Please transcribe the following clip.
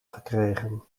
gekregen